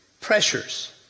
pressures